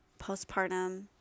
postpartum